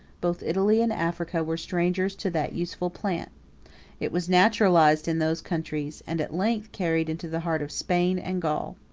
both italy and africa were strangers to that useful plant it was naturalized in those countries and at length carried into the heart of spain and gaul.